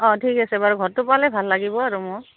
অঁ ঠিক আছে বাৰু ঘৰটো পালে ভাল লাগিব আৰু মোৰ